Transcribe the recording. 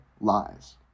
lies